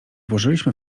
włożyliśmy